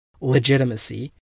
legitimacy